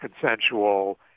consensual